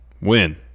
Win